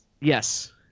Yes